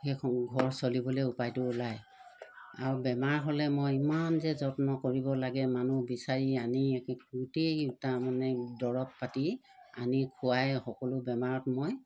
সেইখন ঘৰ চলিবলৈ উপায়টো ওলায় আৰু বেমাৰ হ'লে মই ইমান যে যত্ন কৰিব লাগে মানুহ বিচাৰি আনি একে গোটেই তাৰমানে দৰৱ পাতি আনি খুৱাই সকলো বেমাৰত মই